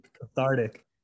Cathartic